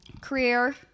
career